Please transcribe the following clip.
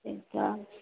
हूं